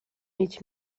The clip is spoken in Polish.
mieć